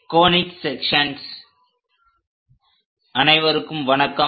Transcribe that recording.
conic sections XII அனைவருக்கும் வணக்கம்